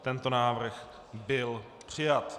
Tento návrh byl přijat.